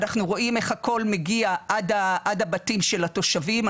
אנחנו רואים איך הכל מגיע עד הבתים של התושבים.